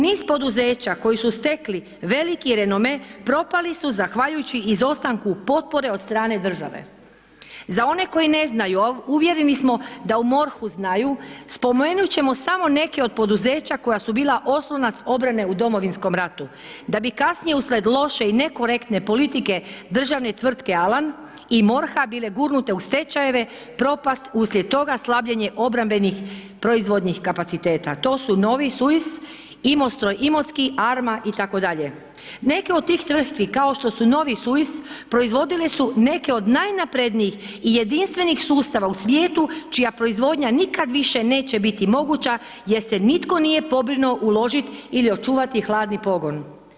Niz poduzeća koji su stekli veliki renome propali su zahvaljujući izostanku potpore od strane države, za one koji ne znaju uvjereni smo da u MORH-u znaju spomenut ćemo samo neke od poduzeća koja su bila oslonac obrane u Domovinskom ratu, da bi kasnije uslijed loše i nekorektne politike državne tvrtke Alan i MORH-a bile gurnute u stečajeve, propast uslijed toga slabljenje obrambenih proizvodnih kapaciteta, to su Novisuis, Imostroj Imotski, Arma itd., neke od tih tvrtki kao što su Novisuis proizvodile su neke od najnaprednijih i jedinstvenih sustava u svijetu čija proizvodnja nikad više neće biti moguća jer se nitko nije pobrinuo uložiti ili očuvati hladni pogon.